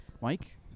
Mike